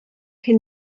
hyn